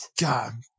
God